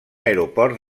aeroport